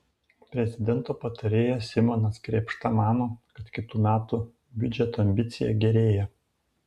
prezidento patarėjas simonas krėpšta mano kad kitų metų biudžeto ambicija gerėja